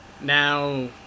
now